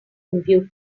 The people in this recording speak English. computer